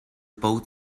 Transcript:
boat